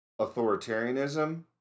authoritarianism